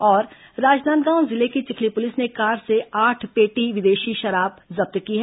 और राजनांदगांव जिले की चिखली पुलिस ने एक कार से आठ पेटी विदेशी शराब जब्त की है